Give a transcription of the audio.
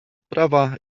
prawa